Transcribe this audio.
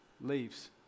leaves